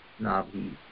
Nabi